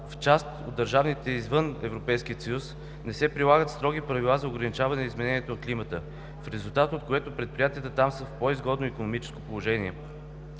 В част от държавите извън Европейския съюз не се прилагат строги правила за ограничаване изменението на климата, в резултат на което предприятията там са в по-изгодно икономическо положение.